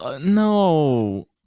No